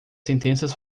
sentenças